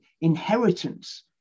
inheritance